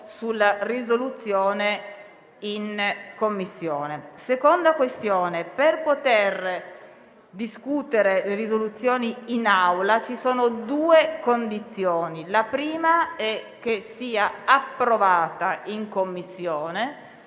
sulla risoluzione in Commissione. La seconda questione è che per poter discutere le risoluzioni in Aula ci sono due condizioni: la prima è che sia approvata in Commissione,